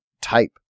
type